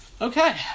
Okay